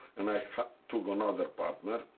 and i took another partner.